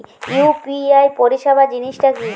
UPI পরিসেবা জিনিসটা কি?